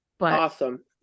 Awesome